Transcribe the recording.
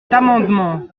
amendement